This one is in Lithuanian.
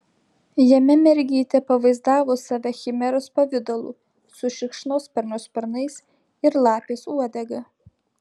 jame mergytė pavaizdavo save chimeros pavidalu su šikšnosparnio sparnais ir lapės uodega